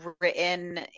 written